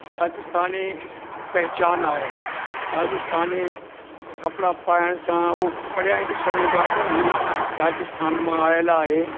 राजस्थानी पहचान आहे राजस्थानी कपिड़ा पाइण सां उहो परियां ई ॾिसण ईंदो आहे त इहे राजस्थान मां आयल आहे